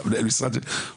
אתה מנהל של משרד --- לא,